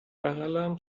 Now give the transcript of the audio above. بغلم